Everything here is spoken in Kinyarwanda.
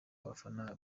abafana